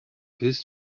his